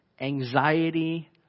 anxiety